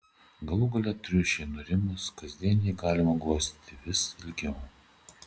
galų gale triušiui nurimus kasdien jį galima glostyti vis ilgiau